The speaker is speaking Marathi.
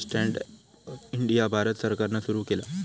स्टँड अप इंडिया भारत सरकारान सुरू केला